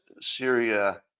Syria